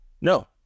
No